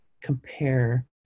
compare